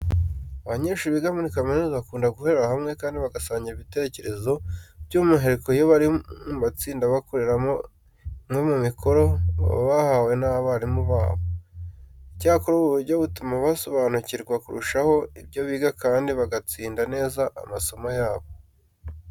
Abanyeshuri biga muri kaminuza bakunda gukorera hamwe kandi bagasangira ibitekerezo, by'umwihariko iyo bari mu matsinda bakoreramo imwe mu mikoro baba bahawe n'abarimu babo. Icyakora ubu buryo butuma basobanukirwa kurushaho ibyo biga kandi bagatsinda neza amasomo yabo.